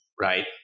right